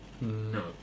no